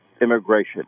immigration